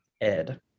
Ed